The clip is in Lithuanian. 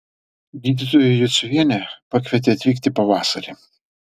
gydytoja juciuvienė pakvietė atvykti pavasarį